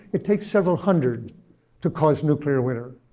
it takes several hundred to cause nuclear winter.